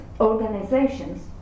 organizations